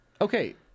Okay